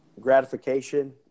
gratification